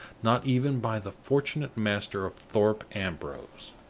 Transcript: not even by the fortunate master of thorpe ambrose,